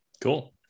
cool